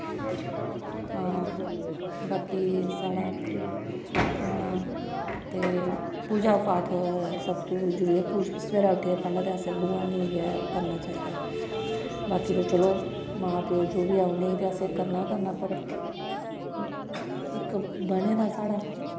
बाकि साढ़ा ते पूजा पाठ सबतो जरूरी ऐ पूज सवेरै उट्ठियै पैह्लै ते असैं भगवान गी गै करना चाहिदा बाकि ते चलो मां प्यो जे बी ऐ उनें ते असैं करना गै करने पर इक बने दा साढ़ा